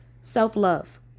self-love